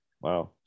Wow